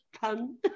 pun